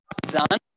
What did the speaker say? done